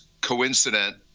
coincident